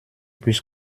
plus